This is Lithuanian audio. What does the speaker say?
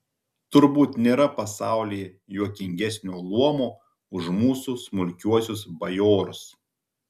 turbūt nėra pasaulyje juokingesnio luomo už mūsų smulkiuosius bajorus